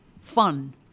fun